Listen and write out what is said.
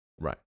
Right